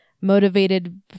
motivated